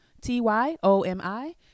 t-y-o-m-i